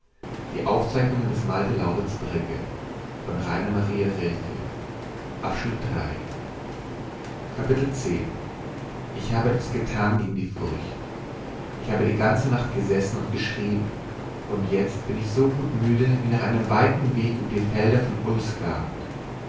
ich habe etwas getan gegen die furcht ich habe die ganze nacht gesessen und geschrieben und jetzt bin ich so gut müde wie nach einem weiten weg über die felder von